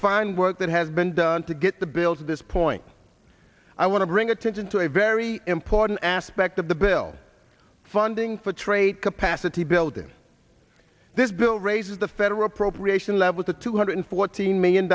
fine work that has been done to get the bill to this point i want to bring attention to a very important aspect of the bill funding for trade capacity building this bill raises the federal pro creation level to two hundred fourteen million